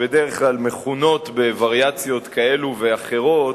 שבדרך כלל מכונות בווריאציות כאלה ואחרות,